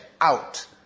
out